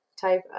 type